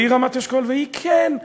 והיא, כן,